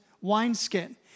wineskin